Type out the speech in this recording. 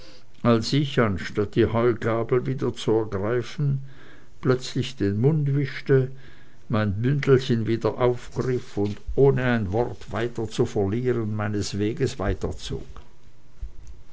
als ich anstatt die heugabel wieder zu ergreifen plötzlich den mund wischte mein bündelchen wieder aufgriff und ohne ein wort weiter zu verlieren meines weges weiterzog